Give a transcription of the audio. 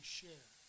share